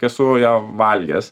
esu ją valgęs